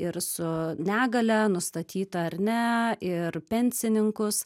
ir su negalia nustatyta ar ne ir pensininkus